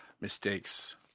Mistakes